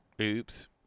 oops